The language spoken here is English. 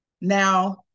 Now